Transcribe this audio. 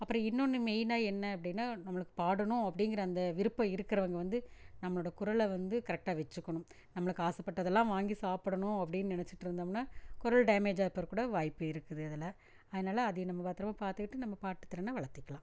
அப்புறம் இன்னொன்று மெயினாக என்ன அப்படினா நம்மளுக்கு பாடணும் அப்படிங்கிற அந்த விருப்பம் இருக்கிறவங்க வந்து நம்மளோடய குரலை வந்து கரெக்டாக வைச்சுக்கணும் நம்மளுக்கு ஆசைப்பட்டதெல்லாம் வாங்கி சாப்பிடணும் அப்படினு நினச்சிட்ருந்தோம்னா குரல் டேமேஜாக போகிறக்கு கூட வாய்ப்பு இருக்குது அதில் அதனால அதை நம்ம பத்திரமா பார்த்துக்கிட்டு நம்ம பாட்டு திறனை வளர்த்திக்கலாம்